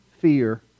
fear